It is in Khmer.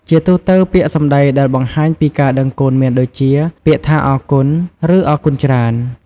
ជាទូទៅពាក្យសម្ដីដែលបង្ហាញពីការដឹងគុណមានដូចជា ពាក្យថាអរគុណ ឬអរគុណច្រើន។។